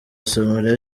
somalia